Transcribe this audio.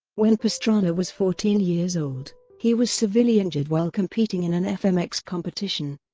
when pastrana was fourteen years old, he was severely injured while competing in an fmx competition.